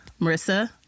marissa